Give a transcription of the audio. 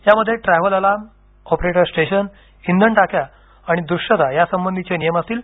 यामध्ये travel alarm operator station इंधन टाक्या आणि दृश्यता यासंबंधीचे नियम असतील